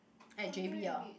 at J_B ah